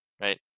right